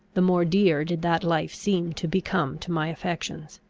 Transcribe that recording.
the more dear did that life seem to become to my affections.